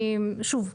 שוב,